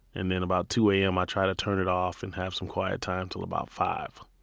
and then about two a m. i try to turn it off and have some quiet time until about five